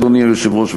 אדוני היושב-ראש,